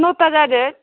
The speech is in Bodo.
न'था जादों